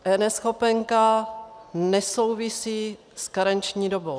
eNeschopenka nesouvisí s karenční dobou.